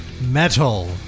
Metal